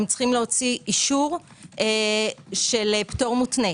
הם צריכים להוציא אישור של פטור מותנה.